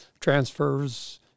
transfers